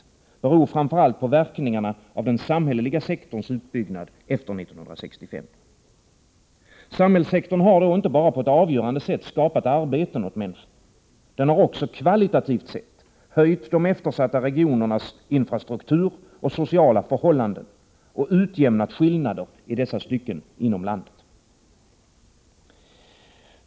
Detta beror framför allt på verkningarna av den samhälleliga sektorns utbyggnad efter 1965. Samhällssektorn har inte bara på ett avgörande sätt skapat arbeten åt människorna. Den har också kvalitativt sett förbättrat de eftersatta regionernas infrastruktur och sociala förhållanden och utjämnat skillnader i dessa stycken inom landet.